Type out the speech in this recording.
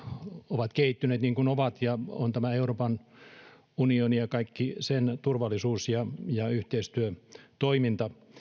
ovat kehittyneet niin kuin ovat ja on tämä euroopan unioni ja kaikki sen turvallisuus ja ja yhteistyötoiminta